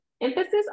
emphasis